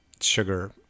sugar